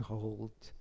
hold